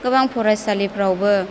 गोबां फरायसालिफ्रावबो